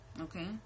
Okay